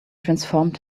transformed